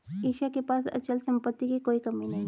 ईशा के पास अचल संपत्ति की कोई कमी नहीं है